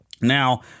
Now